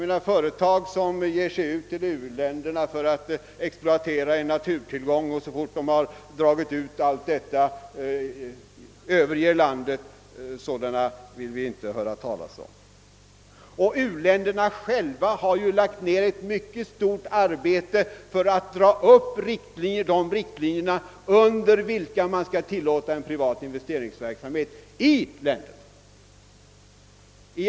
Sådana företag, som ger sig ut till u-länderna för att exploatera en naturtillgång och som .så snart de dragit ut allt av värde ur den överger landet, vill vi ju inte tillåta. U-länderna har själva lagt ned ett mycket stort arbete på att dra upp riktlinjerna för under vilka förhållanden en privat investeringsverksamhet i u-länderna kan tillåtas.